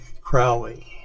Crowley